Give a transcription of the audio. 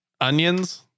Onions